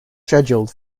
scheduled